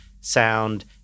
sound